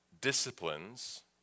disciplines